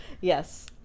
yes